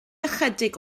ychydig